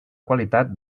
qualitat